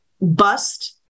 bust